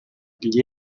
gli